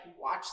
watch